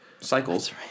cycles